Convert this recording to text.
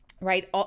right